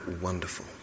wonderful